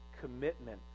commitment